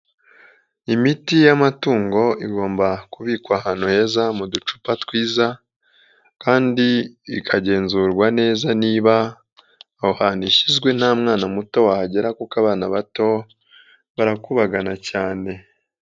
Imiti y'amatungo igomba kubikwa ahantu heza mu ducupa twiza kandi ikagenzurwa neza niba aho hantu ishyizwe nta mwana muto wahagera kuko abana bato barakubagana cyane.